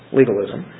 legalism